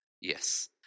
Yes